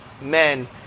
men